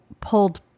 pulled